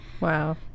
Wow